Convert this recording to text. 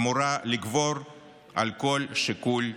אמורה לגבור על כל שיקול פוליטי.